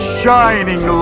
shining